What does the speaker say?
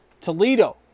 Toledo